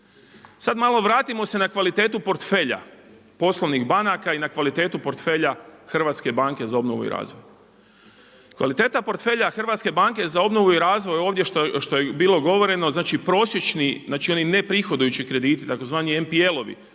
Sad malo vratimo se na kvalitetu portfelja poslovnih banaka i na kvalitetu portfelja Hrvatske banke za obnovu i razvoj. Kvaliteta portfelja HBOR-a ovdje što je bilo govoreno, znači prosječni, znači oni neprihodujući krediti, tzv. NPL-ovi